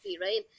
right